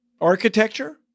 Architecture